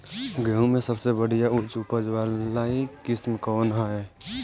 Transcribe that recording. गेहूं में सबसे बढ़िया उच्च उपज वाली किस्म कौन ह?